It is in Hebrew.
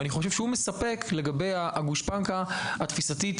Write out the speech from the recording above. ואני חושב שהוא מספק לגבי הגושפנקה התפיסתית